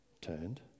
turned